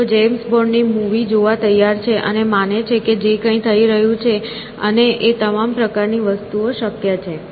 તેઓ James Bond ની movie જોવા તૈયાર છે અને માને છે કે જે થઈ રહ્યું છે એ અને તે તમામ પ્રકારની વસ્તુઓ શક્ય છે